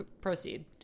Proceed